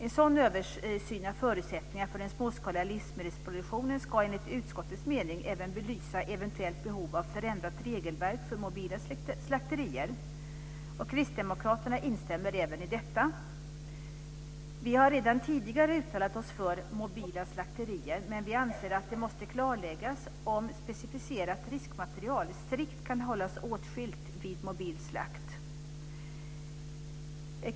En sådan översyn av förutsättningarna för den småskaliga livsmedelsproduktionen ska enligt utskottets mening även belysa eventuellt behov av förändrat regelverk för mobila slakterier. Kristdemokraterna instämmer även i detta. Vi har redan tidigare uttalat oss för mobila slakterier, men vi anser att det måste klarläggas om specificerat riskmaterial strikt kan hållas åtskilt vid mobil slakt.